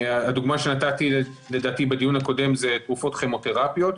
הדוגמה שנתתי לדעתי בדיון הקודם זה תרופות כימותרפיות,